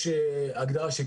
יש הגדרה.